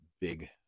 big